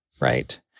Right